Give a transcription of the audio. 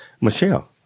Michelle